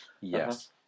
Yes